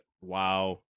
Wow